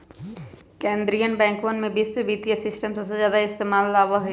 कीन्द्रीय बैंकवन में वैश्विक वित्तीय सिस्टम के सबसे ज्यादा इस्तेमाल में लावल जाहई